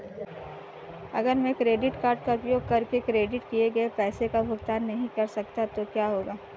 अगर मैं credit card का उपयोग करके क्रेडिट किए गए पैसे का भुगतान नहीं कर सकता तो क्या होगा?